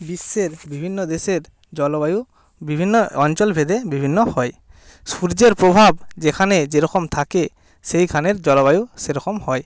বিশ্বের বিভিন্ন দেশের জলবায়ু বিভিন্ন অঞ্চলভেদে বিভিন্ন হয় সূর্যের প্রভাব যেখানে যেরকম থাকে সেইখানের জলবায়ু সেরকম হয়